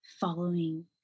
following